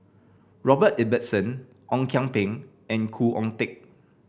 Robert Ibbetson Ong Kian Peng and Khoo Oon Teik